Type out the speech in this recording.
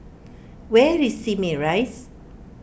where is Simei Rise